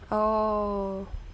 oh